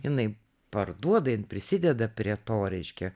jinai parduoda jin prisideda prie to reiškia